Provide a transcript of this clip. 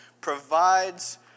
provides